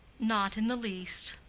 not in the least.